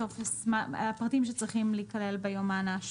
הפרטים שצריכים להיכלל ביומן האשפה.